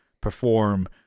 perform